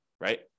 right